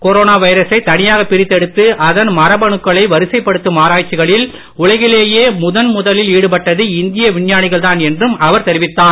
corona வைரசை தனியாகப் பிரித்தெடுத்து அதன் மரபணுக்களை வரிசைப்படுத்தும் ஆராய்ச்சிகளில் உலகிலேயே முதன்முதலில் ஈடுபட்டது இந்திய விஞ்ஞானிகள்தான் என்றும் அவர் தெரிவித்தார்